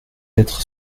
être